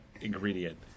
ingredient